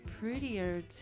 prettier